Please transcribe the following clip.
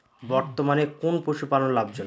বর্তমানে কোন পশুপালন লাভজনক?